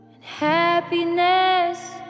happiness